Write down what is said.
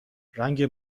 رنگ